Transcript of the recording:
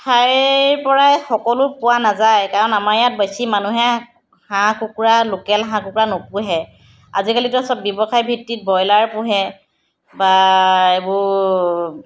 ঠাইৰ পৰাই সকলো পোৱা নাযায় কাৰণ আমাৰ ইয়াত বেছি মানুহে হাঁহ কুকুৰা লোকেল হাঁহ কুকুৰা নোপোহে আজিকালিতো সব ব্যৱসায় ভিত্তিত ব্ৰইলাৰ পোহে বা এইবোৰ